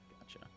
Gotcha